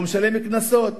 ומשלם קנסות,